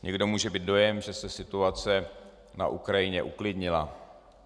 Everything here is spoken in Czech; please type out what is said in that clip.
Někdo může mít dojem, že se situace na Ukrajině uklidnila.